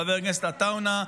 חבר הכנסת עטאונה,